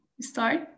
start